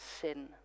sin